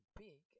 big